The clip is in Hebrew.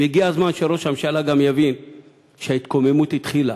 והגיע הזמן שגם ראש הממשלה יבין שההתקוממות התחילה.